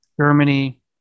Germany